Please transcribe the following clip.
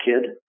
kid